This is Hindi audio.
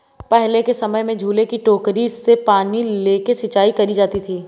पहले के समय में झूले की टोकरी से पानी लेके सिंचाई करी जाती थी